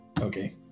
Okay